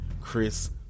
Chris